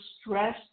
stress